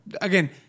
Again